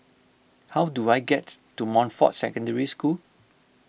how do I get to Montfort Secondary School